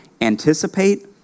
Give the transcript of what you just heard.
anticipate